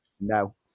No